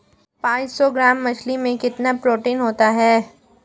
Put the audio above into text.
पांच सौ ग्राम मछली में कितना प्रोटीन होता है?